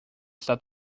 está